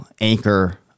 anchor